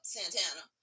Santana